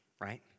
right